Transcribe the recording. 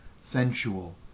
sensual